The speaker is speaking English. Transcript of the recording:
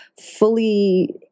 fully